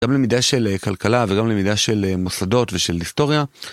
גם למידה של כלכלה וגם למידה של מוסדות ושל היסטוריה.